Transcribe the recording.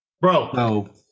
Bro